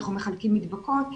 אנחנו מחלקים מדבקות,